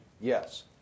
Yes